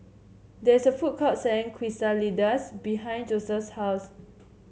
there is a food court selling Quesadillas behind Josef's house